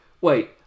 wait